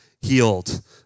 healed